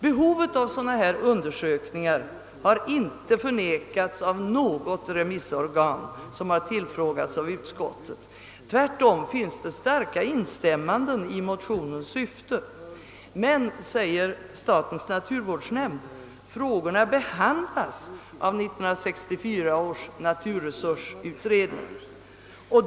Behovet av dylika undersöknngar har inte förnekats av något remissorgan som tillfrågats av utskottet. Tvärtom finns det starka instämmanden i motionens syfte. Men, säger statens naturvårdsnämnd, frågorna behandlas av 1964 års naturresursutredning.